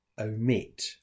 omit